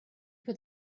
put